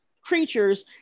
creatures